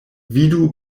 vidu